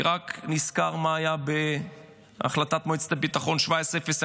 אני רק נזכר מה היה בהחלטת מועצת הביטחון 1701,